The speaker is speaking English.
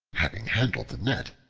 having handled the net,